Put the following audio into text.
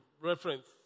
reference